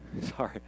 Sorry